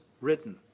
written